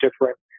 different